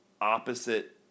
opposite